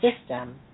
system